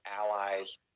allies